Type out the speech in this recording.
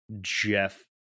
jeff